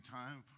time